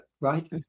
right